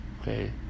okay